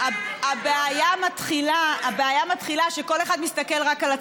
הבעיה מתחילה כשכל אחד מסתכל רק על עצמו.